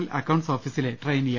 L accounts ഓഫീസിലെ ട്രെയിനിയാണ്